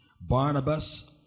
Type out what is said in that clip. Barnabas